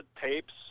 tapes